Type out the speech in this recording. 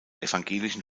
evangelischen